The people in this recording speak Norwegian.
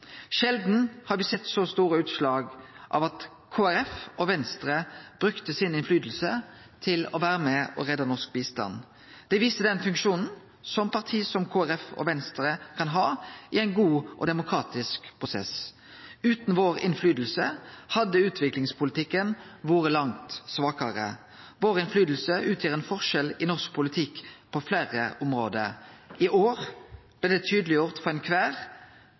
Sjeldan har me sett så store utslag av at Kristeleg Folkeparti og Venstre brukte innverknaden sin til å vere med og redde norsk bistand. Det viser den funksjonen som parti som Kristeleg Folkeparti og Venstre kan ha i ein god og demokratisk prosess. Utan innverknaden vår hadde utviklingspolitikken vore langt svakare. Innverknaden vår utgjer ein forskjell i norsk politikk på fleire område. I år er det gjort tydeleg for